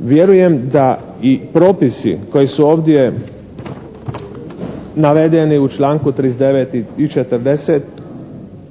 Vjerujem da i propisi koji su ovdje navedeni u članku 39. i 40.